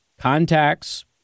contacts